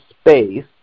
space